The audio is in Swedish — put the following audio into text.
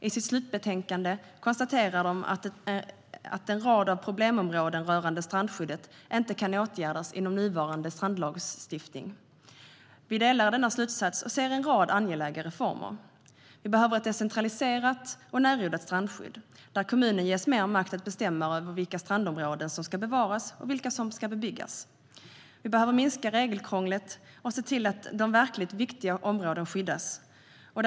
I sitt slutbetänkande konstaterar delegationen att en rad problemområden rörande strandskyddet inte kan åtgärdas inom nuvarande strandskyddslagstiftning. Vi delar denna slutsats och ser behov av en rad angelägna reformer. Det behövs ett decentraliserat och närodlat strandskydd, där kommunen ges mer makt att bestämma över vilka strandområden som ska bevaras och vilka som ska bebyggas. Regelkrånglet behöver minska, och de verkligt viktiga områdena behöver skyddas.